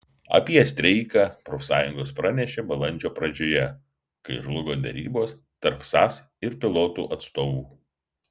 apie streiką profsąjungos pranešė balandžio pradžioje kai žlugo derybos tarp sas ir pilotų atstovų